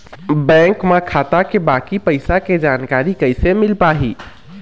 Bank म खाता के बाकी पैसा के जानकारी कैसे मिल पाही?